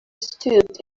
stooped